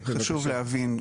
חשוב להבין,